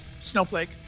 Snowflake